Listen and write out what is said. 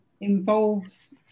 involves